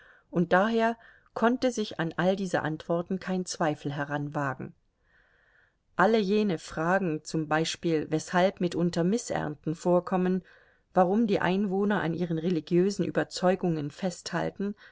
und daher konnte sich an all diese antworten kein zweifel heranwagen alle jene fragen zum beispiel weshalb mitunter mißernten vorkommen warum die einwohner an ihren religiösen überzeugungen festhalten